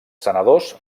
senadors